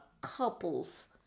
couples